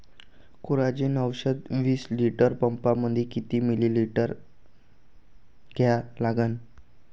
Coragen औषध विस litre पंपामंदी किती मिलीमिटर घ्या लागन?